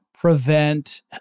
prevent